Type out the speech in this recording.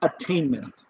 attainment